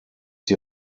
die